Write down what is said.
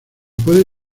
puede